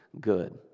good